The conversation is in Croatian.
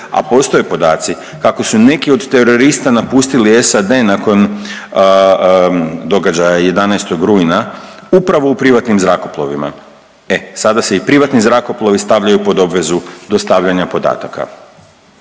a postoje podaci kako su neki od terorista napustili SAD nakon događaja 11. rujna upravo u privatnim zrakoplovima. E sada se i privatni zrakoplovi stavljaju pod obvezu dostavljanja podataka.